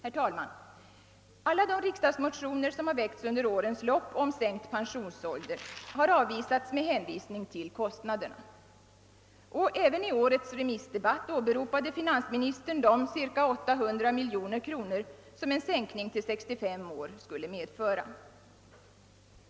Herr talman! Alla de riksdagsmotioner som har väckts under årens lopp om sänkt pensionsålder har avvisats med hänvisning till kostnaderna. Även i årets remissdebatt åberopade finansministern de cirka 800 miljoner kronor som en sänkning av pensionsåldern till 65 år skulle medföra.